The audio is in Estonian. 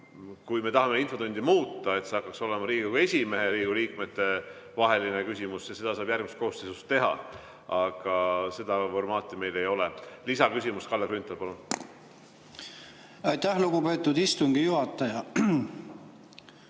Kui me tahame infotundi muuta, et see hakkaks olema Riigikogu esimehe ja Riigikogu liikmete vaheline küsimuste esitamine, siis seda saab järgmises koosseisus teha. Aga seda formaati meil ei ole. Lisaküsimus, Kalle Grünthal, palun! Aitäh, lugupeetud istungi juhataja!